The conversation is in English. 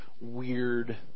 weird